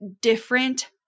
different